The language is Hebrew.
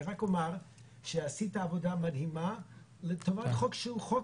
אני רק אומר שעשית עבודה מדהימה לטובת חוק שהוא חוק,